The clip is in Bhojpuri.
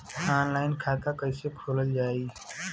ऑनलाइन खाता कईसे खोलल जाई?